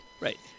right